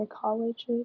colleges